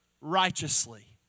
righteously